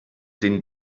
den